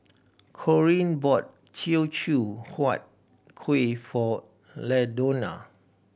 Corene bought Teochew Huat Kuih for Ladonna